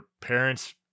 parents